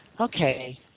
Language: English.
Okay